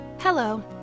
Hello